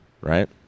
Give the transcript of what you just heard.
right